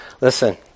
listen